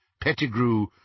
Pettigrew